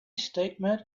statement